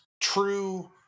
true